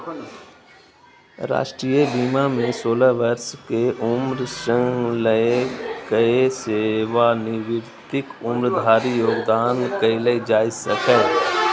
राष्ट्रीय बीमा मे सोलह वर्ष के उम्र सं लए कए सेवानिवृत्तिक उम्र धरि योगदान कैल जा सकैए